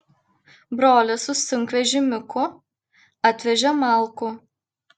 brolis su sunkvežimiuku atvežė malkų